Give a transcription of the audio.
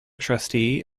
trustee